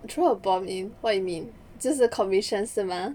throw a bomb in what you mean 就是 commission 是吗